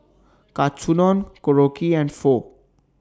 Katsudon Korokke and Pho